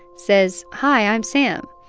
says, hi, i'm sam.